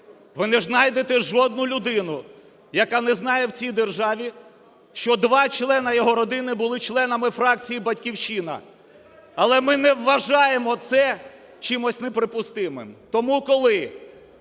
Ви не знайдете жодну людину, яка не знає в цій державі, що два члена його родини були членами фракції "Батьківщина". Але ми не вважаємо це чимось неприпустимим. Тому коли